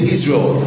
Israel